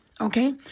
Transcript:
okay